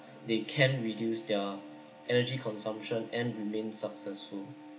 they can reduce their energy consumption and remain successful